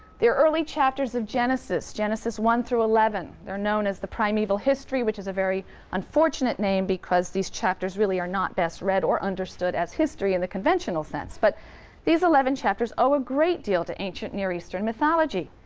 early chapters of genesis, genesis one through eleven they're known as the primeval history, which is a very unfortunate name, because these chapters really are not best read or understood as history in the conventional sense but these eleven chapters owe a great deal to ancient near eastern mythology.